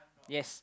yes